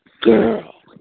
Girl